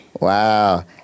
Wow